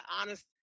honest